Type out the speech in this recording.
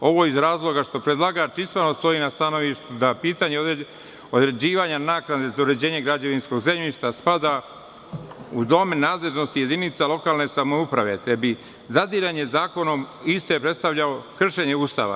Ovo je iz razloga što predlagač ispravno stoji na stanovištu da pitanje određivanje naknade za uređenje građevinskog zemljišta pa ga u domen nadležnosti jedinica lokalne samouprave, te bi zadiranje zakonom iste predstavljao kršenje Ustava.